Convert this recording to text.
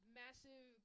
massive